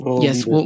Yes